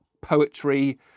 poetry